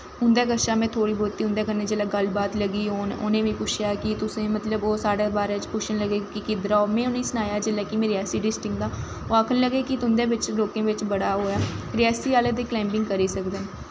उं'दै कशा दा में जिसलै थोह्ड़ी बौह्ती उं'दै कन्नै जिसलै गल्ल बात लग्गी होन उ'नें बी पुच्छेआ उ'नें बी साढ़े बारे पुच्छन लग्गे कि किद्धरा में जिसलै सनाया उ'नें गी कि में रियासी डिस्टिक दा ओह् आक्खन लग्गे कि तुंदे बिच्च लोकें बिच्च बड़ा ऐ रियासी आह्ले ते कलाईंबिंग करी सकदे न